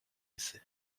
essai